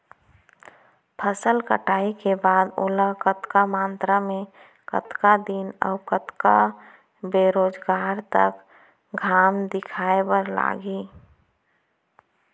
फसल कटाई के बाद ओला कतका मात्रा मे, कतका दिन अऊ कतका बेरोजगार तक घाम दिखाए बर लागही?